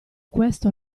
questo